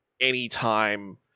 anytime